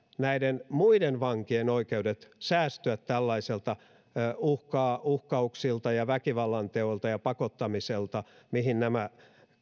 näiden muiden vankien oikeudet säästyä tällaisilta uhkauksilta ja väkivallanteoilta ja pakottamiselta mihin nämä